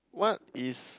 what is